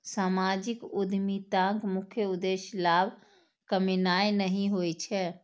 सामाजिक उद्यमिताक मुख्य उद्देश्य लाभ कमेनाय नहि होइ छै